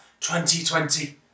2020